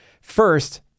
First